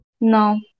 no